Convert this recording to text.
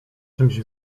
czymś